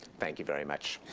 thank you very much.